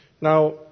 Now